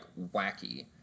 wacky